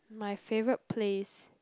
my favourite place